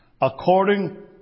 according